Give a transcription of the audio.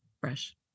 Fresh